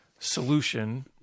solution